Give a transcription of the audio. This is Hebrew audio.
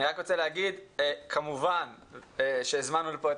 אני רק רוצה להגיד כמובן שהזמנו לפה את